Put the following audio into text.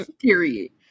Period